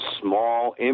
small